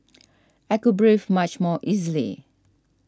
I could breathe much more easily